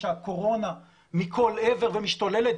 כשהקורונה מכל עבר ומשתוללת,